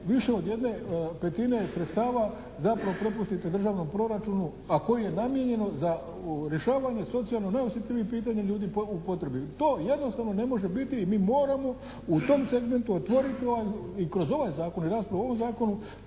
više od jedne petine sredstava zapravo prepustite državnom proračunu, a koji je namijenjeno za rješavanje socijalno najosjetljivijih pitanja ljudi u potrebi. To jednostavno ne može biti i mi moramo u tom segmentu otvoriti i kroz ovaj Zakon i kroz raspravu o ovom Zakonu